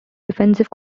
defensive